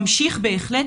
ממשיך בהחלט.